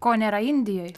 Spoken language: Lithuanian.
ko nėra indijoj